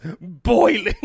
boiling